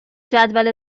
جدول